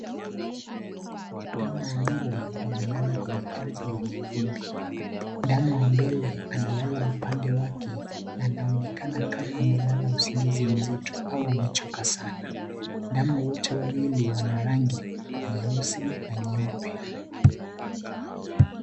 Ndama wawili, wamelala kwenye ardhi yenye vumbi, ndama wa mbele analala upande wake, na anaonekana kama amelala usingizi mzito, au amechoka sana, ndama wote wawili wana rangi, nyeusi, na nyeupe.